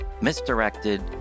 misdirected